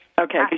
Okay